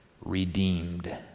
redeemed